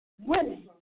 women